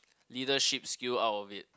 leadership skill out of it